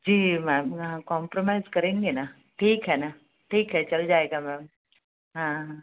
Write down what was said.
जी ma'am compromise करेंगे न ठीक है न ठीक है चल जाएगा मैम हाँ हाँ